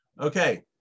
Okay